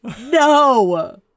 no